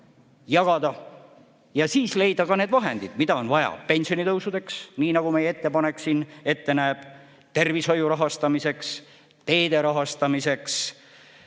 ja siis leida need vahendid, mida on vaja pensionitõusudeks, nii nagu meie ettepanek ette näeb, tervishoiu rahastamiseks, teede rahastamiseks,